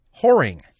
whoring